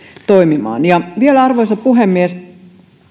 toimimaan vielä arvoisa puhemies